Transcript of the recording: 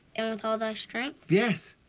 and with all thy strength? yes!